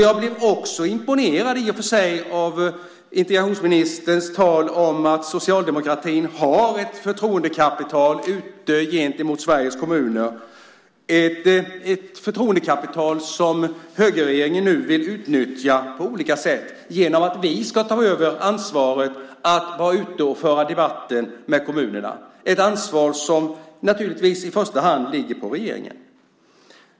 Jag blev också i och för sig imponerad av integrationsministerns tal om att socialdemokratin har ett förtroendekapital ute gentemot Sveriges kommuner, ett förtroendekapital som högerregeringen nu vill utnyttja på olika sätt genom att vi ska ta över ansvaret att vara ute och föra debatten med kommunerna - ett ansvar som naturligtvis i första hand ligger på regeringen.